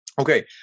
Okay